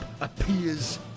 appears